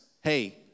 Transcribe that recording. hey